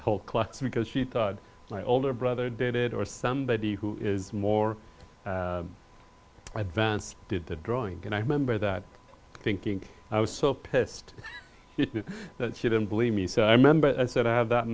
the whole class because she thought my older brother did it or somebody who is more advanced did the drawing and i remember that thinking i was so pissed that she didn't believe me so i remember i said i have that